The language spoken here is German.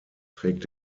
trägt